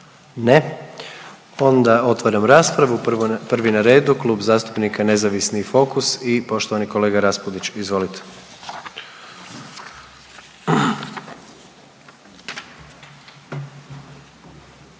Ne. Onda otvaram raspravu. Prvi na redu Klub zastupnika Nezavisni i Fokus i poštovani kolega Raspudić. Izvolite.